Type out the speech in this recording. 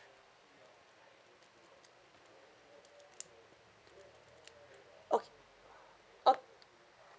oh oh